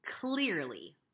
Clearly